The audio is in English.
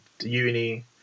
uni